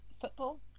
football